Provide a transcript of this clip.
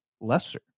lesser